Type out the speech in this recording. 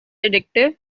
addictive